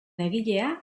egilea